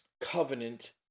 covenant